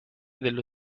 dello